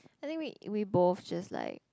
I think we we both just like